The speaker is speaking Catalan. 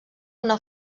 una